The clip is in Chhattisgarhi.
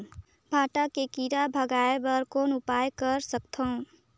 भांटा के कीरा भगाय बर कौन उपाय कर सकथव?